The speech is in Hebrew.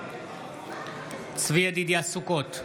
צבי ידידיה סוכות,